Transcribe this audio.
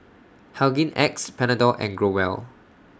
Hygin X Panadol and Growell